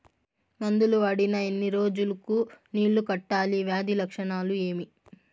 మందులు వాడిన ఎన్ని రోజులు కు నీళ్ళు కట్టాలి, వ్యాధి లక్షణాలు ఏమి?